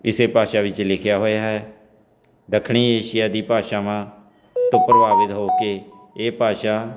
ਇਸ ਭਾਸ਼ਾ ਵਿੱਚ ਲਿਖਿਆ ਹੋਇਆ ਹੈ ਦੱਖਣੀ ਏਸ਼ੀਆ ਦੀ ਭਾਸ਼ਾਵਾਂ ਤੋਂ ਪ੍ਰਭਾਵਿਤ ਹੋ ਕੇ ਇਹ ਭਾਸ਼ਾ